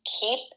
keep